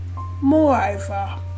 Moreover